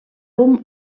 rumb